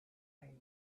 behind